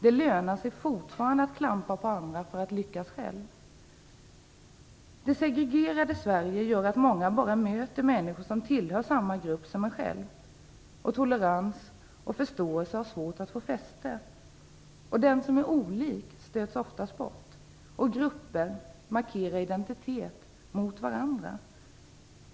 Det lönar sig fortfarande att klampa på andra för att man själv skall lyckas. Det segregerade Sverige gör att många bara möter människor som tillhör samma grupp som de själva. Tolerans och förståelse har svårt att få fäste. Den som är olik stöts ofta bort. Grupper markerar identitet mot varandra.